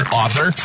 author